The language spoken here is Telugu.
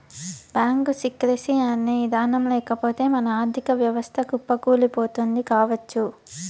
బ్యాంకు సీక్రెసీ అనే ఇదానం లేకపోతె మన ఆర్ధిక వ్యవస్థ కుప్పకూలిపోతుంది కావచ్చు